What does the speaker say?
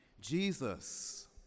Jesus